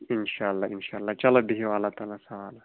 اِنشا اللہ اِنشا اللہ چَلو بِہِو اللہ تعلیٰ ہس حوال